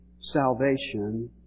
salvation